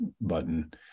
button